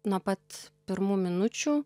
nuo pat pirmų minučių